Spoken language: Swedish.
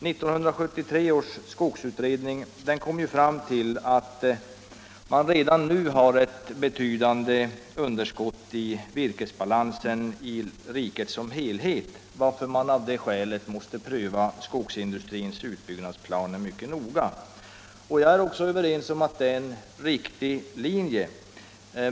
1973 års skogsutredning kom ju fram till att man redan nu har ett betydande underskott i virkesbalansen i riket som helhet och att man av det skälet måste pröva skogsindustrins utbyggnadsplaner mycket noga. Jag håller också med om att det är en riktig linje.